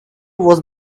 was